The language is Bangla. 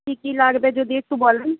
কী কী লাগবে যদি একটু বলেন